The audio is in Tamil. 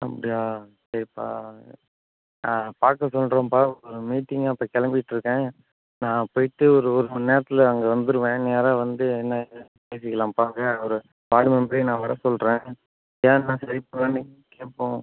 அப்படியா சரிப்பா நான் பார்க்க சொல்கிறேன்ப்பா ஒரு மீட்டிங்கா இப்போ கிளம்பிட்ருக்கேன் நான் போய்ட்டு ஒரு ஒரு மணிநேரத்துல அங்கே வந்துடுவேன் நேராக வந்து என்ன ஏதுன்னு பேசிக்கலாம்ப்பா அப்டியே அவர் வார்டு மெம்பரையும் நான் வர சொல்கிறேன் ஏன் இன்னும் சரி பண்ணலன்னு கேட்போம்